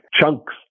chunks